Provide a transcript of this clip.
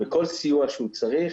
וכל סיוע שהוא צרך